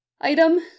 item